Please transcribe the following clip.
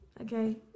okay